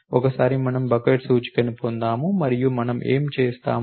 ఒకసారి మనము బకెట్ సూచికను పొందాము మరియు మనం ఏమి చేస్తాము